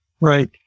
Right